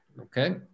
Okay